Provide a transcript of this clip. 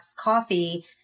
coffee